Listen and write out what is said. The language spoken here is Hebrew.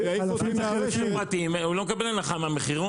במוסכים הפרטיים הוא מקבל הנחה מהמחירון.